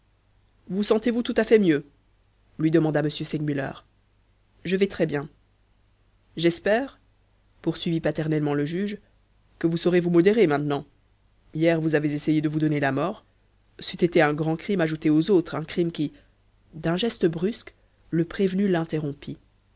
vous sentez-vous tout à fait mieux lui demanda m segmuller je vais très-bien j'espère poursuivit paternellement le juge que vous saurez vous modérer maintenant hier vous avez essayé de vous donner la mort c'eût été un grand crime ajouté aux autres un crime qui d'un geste brusque le prévenu l'interrompit